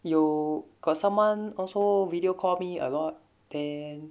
有 got someone also video call me a lot then